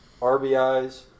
RBIs